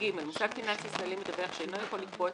מוסד פיננסי ישראלי מדווח שאינו יכול לקבוע את